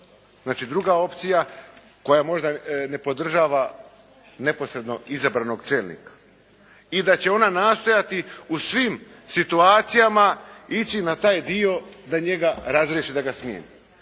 druga opcija koja možda ne podržava neposredno izabranog čelnika i da će ona nastojati u svim situacijama ići na taj dio da njega razriješi, da ga smijeni